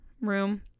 room